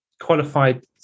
qualified